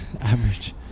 average